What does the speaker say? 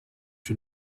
you